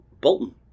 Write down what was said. Bolton